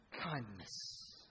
kindness